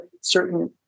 certain